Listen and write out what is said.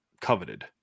coveted